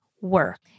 work